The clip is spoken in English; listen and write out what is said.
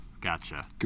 gotcha